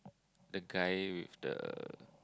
the guy with the